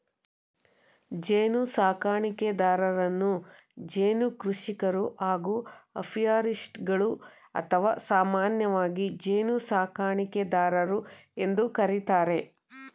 ಜೇನುಸಾಕಣೆದಾರರನ್ನು ಜೇನು ಕೃಷಿಕರು ಹಾಗೂ ಅಪಿಯಾರಿಸ್ಟ್ಗಳು ಅಥವಾ ಸಾಮಾನ್ಯವಾಗಿ ಜೇನುಸಾಕಣೆದಾರರು ಎಂದು ಕರಿತಾರೆ